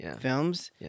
films